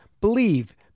believe